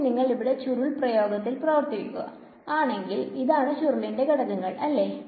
ഇനി നിങ്ങൾ ഇവിടെ ഉള്ള ചുരുൾ പ്രയോഗത്തിൽ പ്രവർത്തിക്കുക ആണെങ്കിൽ ഇതാണ് ചുരുളിന്റെ ഘടകങ്ങൾ അല്ലേ